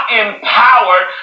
empowered